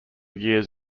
years